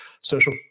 social